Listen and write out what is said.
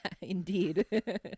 Indeed